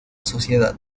sociedad